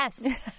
yes